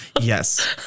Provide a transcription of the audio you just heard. yes